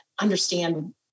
understand